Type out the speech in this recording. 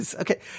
Okay